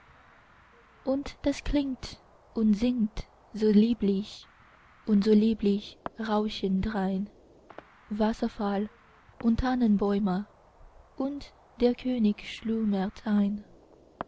und das klingt und singt so lieblich und so lieblich rauschen drein wasserfall und tannenbäume und der könig schlummert ein